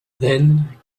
then